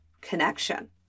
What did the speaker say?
connection